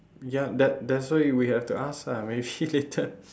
ya that's that's why we have to ask ah maybe later